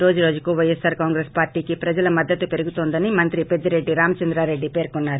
రోజు రోజుకు వైఎస్సార్ కొంగ్రెస్ పార్టీకి ప్రజల మద్దతు పెరుగుతోందని మంత్రి పెద్దిరెడ్జి రామీచంద్రా రెడ్డి పేర్కొన్నారు